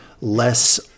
less